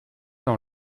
dans